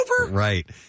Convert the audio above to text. Right